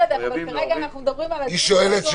נחמן, היא שואלת